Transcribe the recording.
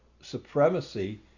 supremacy